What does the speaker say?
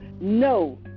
No